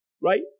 Right